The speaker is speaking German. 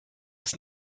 ist